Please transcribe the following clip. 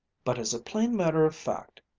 but as a plain matter of fact,